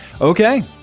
Okay